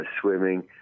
Swimming